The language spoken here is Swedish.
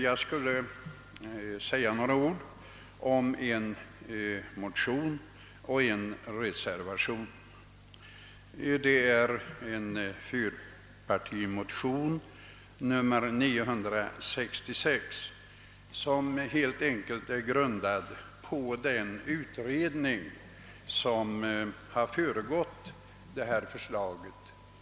Jag skulle vilja säga några ord om en motion och en därpå grundad reservation, nämligen fyrpartimotionen II: 966 som bygger på det förslag som framlagts av den utredning som föregått denna proposition.